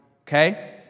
Okay